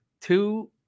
two